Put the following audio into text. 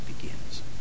begins